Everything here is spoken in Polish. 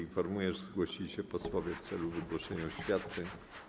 Informuję, że zgłosili się posłowie w celu wygłoszenia oświadczeń.